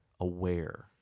aware